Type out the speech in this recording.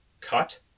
Cut